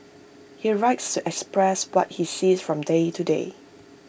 he writes to express what he sees from day to day